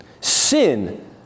Sin